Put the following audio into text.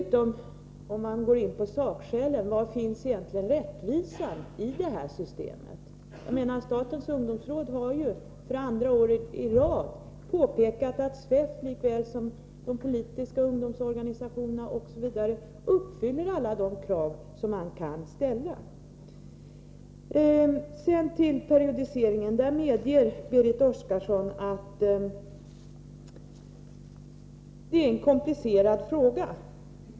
Om jag går in på sakskälen: Var finns egentligen rättvisan i detta system? Statens ungdomsråd har för andra året i rad pekat på att SFEF lika väl som de politiska ungdomsorganisationerna uppfyller alla de krav som man kan ställa. Berit Oscarsson medger att periodiseringen är en komplicerad fråga.